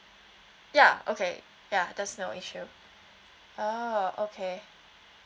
ya okay ya there's no issue oh okay